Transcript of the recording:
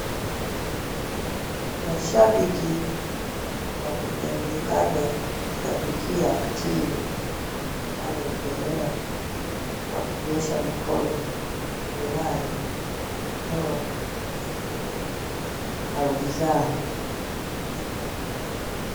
Mashabiki wanaonekana kushabikia timu inayoendelea wakinyosha mikono na kufurahi na kutoa kauli zao.